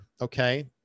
okay